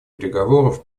переговоров